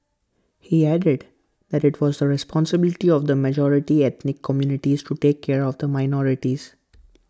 he added that IT was the responsibility of the majority ethnic communities to take care of the minorities